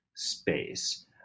space